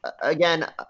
Again